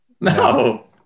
No